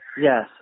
Yes